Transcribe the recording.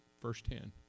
firsthand